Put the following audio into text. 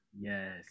Yes